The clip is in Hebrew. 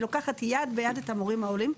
והיא לוקחת יד ביד את המורים העולים.